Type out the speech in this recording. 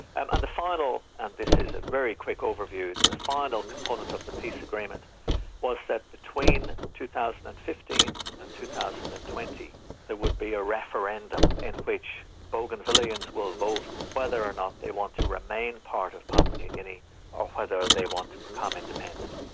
and the final, and this is a very quick overview, the final component of the peace agreement was that between two thousand and fifteen and two thousand and twenty there would be a referendum in which bougainvilleans will vote whether or not they want to remain part of papua new guinea or whether they want to become independent.